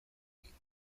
eginda